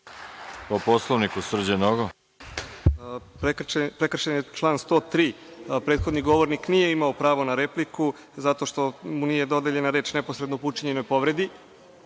po Poslovniku. **Srđan Nogo** Prekršen je član 103. Prethodni govornik nije imao pravo na repliku zato što mu nije dodeljena reč neposredno po učinjenoj povredi.